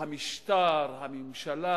שהמשטר, הממשלה,